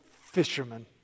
fisherman